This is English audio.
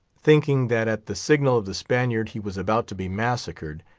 thinking that at the signal of the spaniard he was about to be massacred,